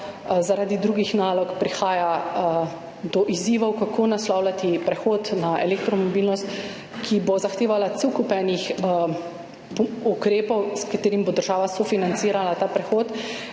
Zaradi drugih nalog prihaja do izzivov, kako naslavljati prehod na elektromobilnost, ki bo zahtevala cel kup enih ukrepov, s katerim bo država sofinancirala ta prehod